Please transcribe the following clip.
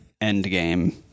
Endgame